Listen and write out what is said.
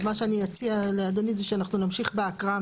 אז מה שאני אציע לאדוני זה שאנחנו נמשיך בהקראה